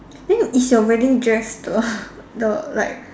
then is your wedding dress the the like